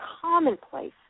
commonplace